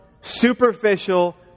superficial